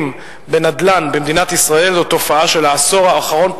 הנדל"ן במדינת ישראל זו תופעה של העשור האחרון,